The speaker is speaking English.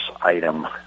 item